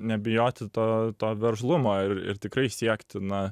nebijoti to to veržlumo ir ir tikrai siekti na